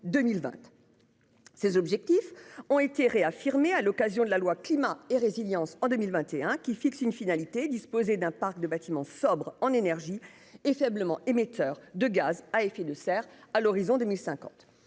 Ces objectifs ont été réaffirmée à l'occasion de la loi climat et résilience en 2021 qui fixe une finalité disposer d'un parc de bâtiments sobres en énergie et faiblement émetteurs de gaz à effet de serre à l'horizon 2050.